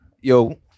Yo